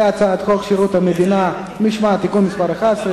הצעת חוק שירות המדינה (משמעת) (תיקון מס' 11),